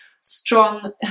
strong